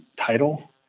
title